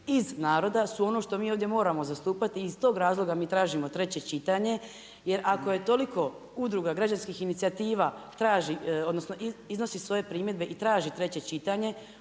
iz naroda su ono što mi ovdje moramo zastupati i iz tog razloga mi tražimo treće čitanje jer ako je toliko udruga građana inicijativa traži, odnosno iznosi svoje primjedbe i traži treće čitanje,